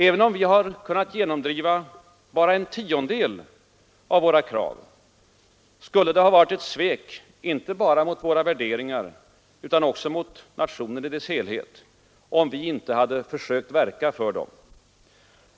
Även om vi har kunnat genomdriva bara en tiondel av våra krav hade det varit ett svek inte bara mot våra värderingar utan också mot nationen i dess helhet, om vi inte försökt verka för dem.